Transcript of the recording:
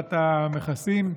להורדת המכסים.